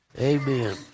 Amen